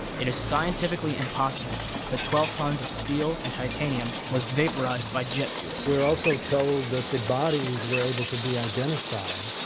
it is scientifically impossible that twelve tons of steel and titanium was vaporized by jet fuel. we're also told that the bodies were able to be identified